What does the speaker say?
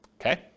Okay